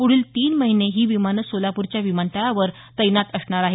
पुढील तीन महिने ही विमानं सोलापूरच्या विमानतळावर तैनात असणार आहेत